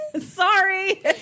Sorry